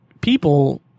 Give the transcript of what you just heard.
people